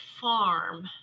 farm